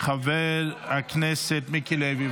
חבר הכנסת מיקי לוי,